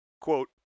quote